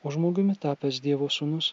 o žmogumi tapęs dievo sūnus